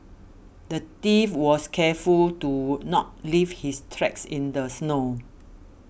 the thief was careful to not leave his tracks in the snow